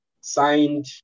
Signed